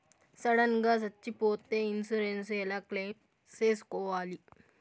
Sudden గా సచ్చిపోతే insurance ఎలా క్లెయిమ్ సేసుకోవాలి?